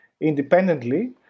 independently